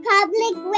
Public